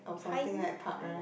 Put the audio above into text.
hind~ hind~